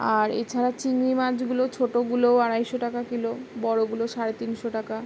আর এছাড়া চিংড়ি মাছগুলো ছোটোগুলো আড়াইশো টাকা কিলো বড়োগুলো সাড়ে তিনশো টাকা